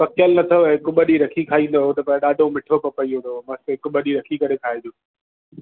पकल न अथव हिकु ॿ ॾीहुं रखी खाईंदव त ॾाढो मिठो पपयो अथव मस्तु हिकु ॿ ॾींहुं रखी करे खाइजो